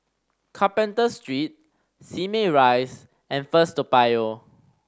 Carpenter Street Simei Rise and First Toa Payoh